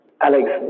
Alex